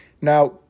Now